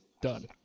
Done